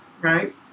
Right